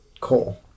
coal